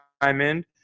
Diamond